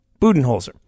Budenholzer